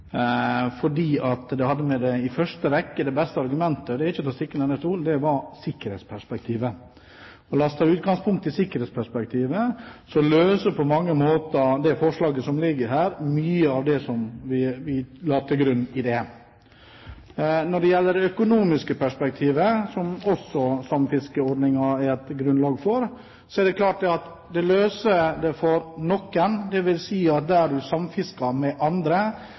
og det er ikke til å stikke under stol at det beste argumentet var sikkerhetsaspektet. La oss ta utgangspunkt i sikkerhetsaspektet, og dette løser på mange måter mye av det som vi la til grunn i det forslaget som ligger her. Når det gjelder det økonomiske perspektivet, er det også et grunnlag for samfiskeordningen, og det er klart at det løser problemene for noen, dvs. at der man samfisker med andre